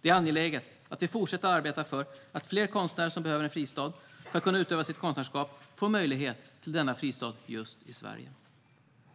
Det är angeläget att vi fortsätter att arbeta för att fler konstnärer som behöver en fristad för att kunna utöva sitt konstnärskap ges möjlighet att få denna fristad i Sverige.